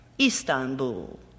Istanbul